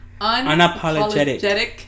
unapologetic